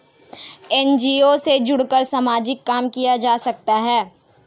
NGO से जुड़कर सामाजिक काम किया जा सकता है